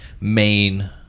main